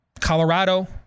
Colorado